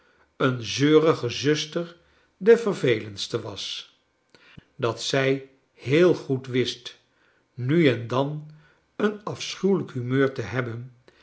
een zeurige zuster de vervelendste was dat zij heel goed wist nu en dan een afschuwelrjk humeur te hebben